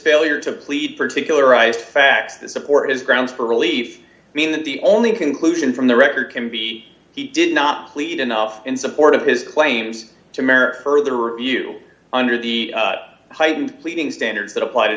failure to plead particularized facts that support is grounds for relief mean that the only conclusion from the record can be he did not plead enough in support of his claims to merit further review under the heightened pleading standards that apply to